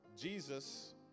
Jesus